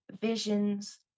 visions